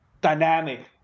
dynamic